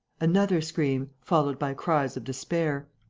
another scream, followed by cries of despair.